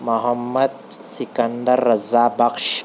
Muhammad Sikandar Raza Bakhsh